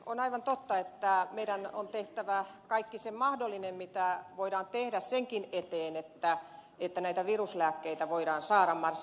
on aivan totta että meidän on tehtävä kaikki se mahdollinen mitä voidaan tehdä senkin eteen että näitä viruslääkkeitä voidaan saada mahdollisimman nopeasti